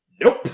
Nope